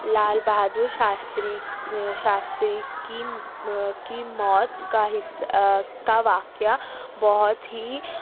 لال بہادر شاستری شاشستری کی کی موت کا حصہ کا واقعہ بہت ہی